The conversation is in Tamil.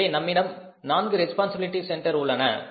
எனவே நம்மிடம் 4 ரெஸ்பான்சிபிலிட்டி சென்டர் உள்ளன